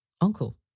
Uncle